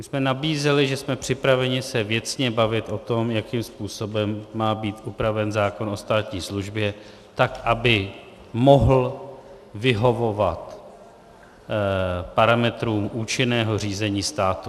My jsme nabízeli, že jsme připraveni se věcně bavit o tom, jakým způsobem má být upraven zákon o státní službě tak, aby mohl vyhovovat parametrům účinného řízení státu.